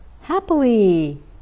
happily